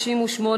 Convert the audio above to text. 138)